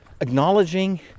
acknowledging